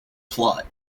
plot